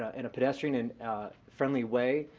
ah in a pedestrian and friendly way,